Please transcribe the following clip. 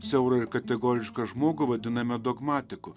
siaurą ir kategorišką žmogų vadiname dogmatiku